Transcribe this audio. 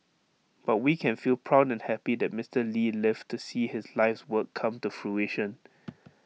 but we can feel proud and happy that Mister lee lived to see his life's work come to fruition